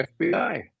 FBI